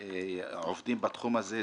העובדים בתחום הזה,